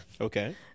Okay